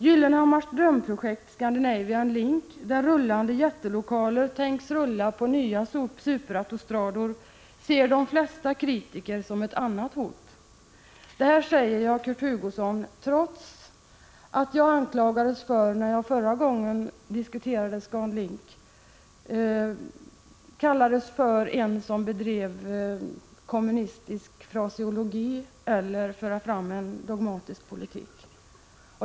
Gyllenhammars drömprojekt Scandinavian Link, där rullande jättelokaler tänks rulla på nya superautostrador, ser de flesta kritiker som ett annat hot. Detta säger jag, Kurt Hugosson, trots att jag när jag förra gången diskuterade ScanLink sades bedriva kommunistisk fraseologi och anklagades för att föra fram en dogmatisk politik.